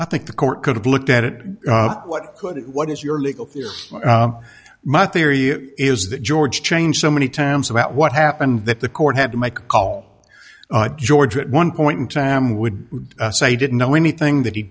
i think the court could have looked at it what could what is your legal my theory is that george changed so many times about what happened that the court had to make a call george at one point in time would say he didn't know anything that he